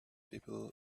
people